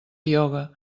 ioga